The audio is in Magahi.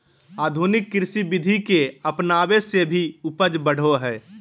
आधुनिक कृषि विधि के अपनाबे से भी उपज बढ़ो हइ